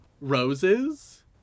roses